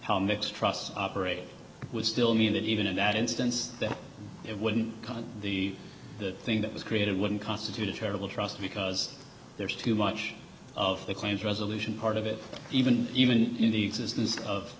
how mick trust operating would still mean that even in that instance that it wouldn't count the the thing that was created wouldn't constitute a terrible trust because there's too much of the claims resolution part of it even even in the existence of